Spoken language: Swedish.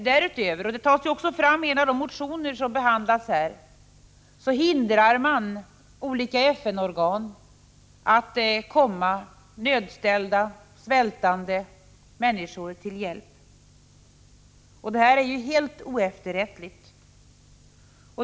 Därutöver — och detta tas också upp i en av de motioner som här behandlats — hindrar man olika FN-organ att komma svältande och nödställda människor till hjälp. Det är helt oefterrättligt.